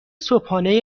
صبحانه